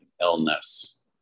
illness